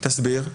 תסביר.